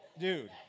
dude